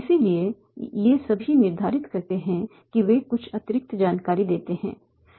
इसलिए ये सभी निर्धारित करते हैं कि वे कुछ अतिरिक्त जानकारी देते हैं